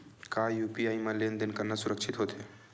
का यू.पी.आई म लेन देन करना सुरक्षित होथे?